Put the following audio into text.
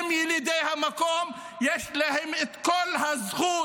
הם ילידי המקום, ויש להם את כל הזכות,